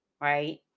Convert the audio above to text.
right